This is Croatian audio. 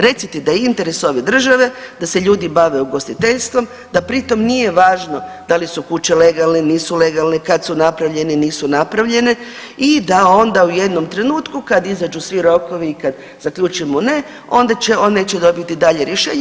Recite da je interes ove države da se ljudi bave ugostiteljstvom, da pri tom nije važno da li su kuće legalne, nisu legalne, kad su napravljene, nisu napravljene i da onda u jednom trenutku kad izađu svi rokovi i kad zaključimo ne, on neće dobiti dalje rješenje.